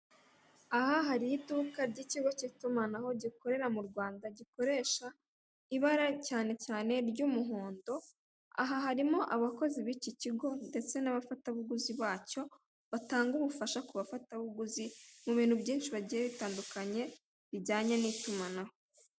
Aha hari iduka ry'ikigo cy'itumanaho gikorera mu rwanda gikoresha ibara cyane cyane ry'umuhondo, aha harimo abakozi b'iki kigo ndetse n'abafatabuguzi bacyo, batanga ubufasha ku bafatabuguzi mu bintu byinshi bagiye bitandukanye, bijyanye n'itumanaho.